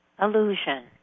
illusion